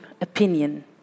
opinion